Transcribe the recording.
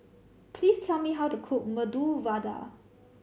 please tell me how to cook Medu Vada